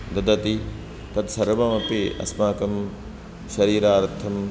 ददाति तत् सर्वमपि अस्माकं शरीरार्थं